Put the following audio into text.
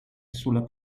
sulla